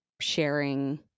sharing